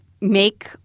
make